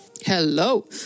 Hello